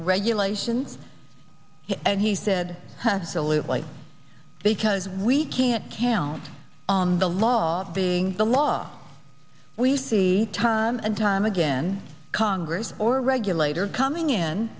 regulations and he said hansa loosely because we can't count on the law being the law we see time and time again congress or regulator coming in